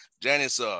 Janice